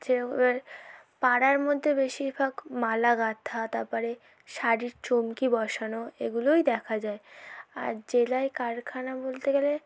যে এবার পাড়ার মধ্যে বেশিরভাগ মালা গাথা তাপরে শাড়ির চুমকি বসানো এগুলোই দেখা যায় আর জেলায় কারখানা বলতে গেলে